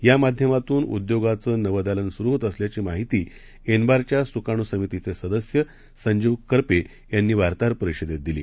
यामाध्यमातूनउद्योगाचनवंदालनसुरुहोतअसल्याचीमाहितीएनबारच्यासुकाणूसमितीचेसदस्यसंजीवकरपेयांनीवार्ताहरपरिषदेतदिली